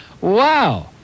Wow